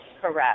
correct